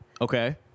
Okay